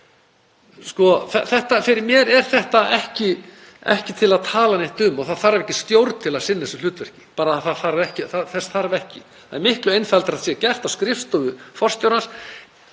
Fyrir mér er þetta ekki til að tala neitt um. Það þarf ekki stjórn til að sinna þessu hlutverki, þess þarf ekki. Það er miklu einfaldara að þetta sé bara gert á skrifstofu forstjórans